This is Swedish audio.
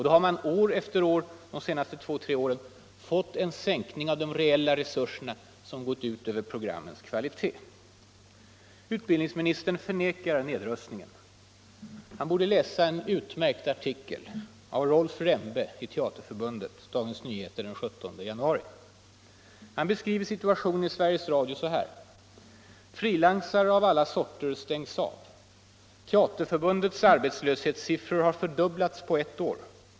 Då har man år efter år de senaste två tre åren fått en sänkning av de reella resurserna som gått ut över programmens kvalitet. Utbildningsministern förnekar nedrustningen. Han borde läsa en utmärkt artikel av Rolf Rembe i Teaterförbundet, införd i Dagens Nyheter den 17 januari 1975. Rembe beskriver situationen i Sveriges Radio så här: ”Frilansar av alla sorter stängs av. Teaterförbundets arbetslöshetssiffror har fördubblats på ett år.